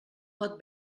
pot